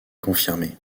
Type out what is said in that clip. confirmés